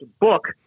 book